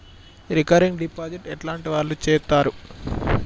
Recurring deposit ఎట్లాంటి వాళ్లు చేత్తరు?